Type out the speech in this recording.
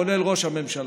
כולל ראש הממשלה.